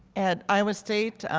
and iowa state,